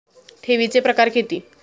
ठेवीचे प्रकार किती?